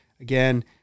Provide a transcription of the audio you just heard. Again